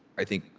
i think,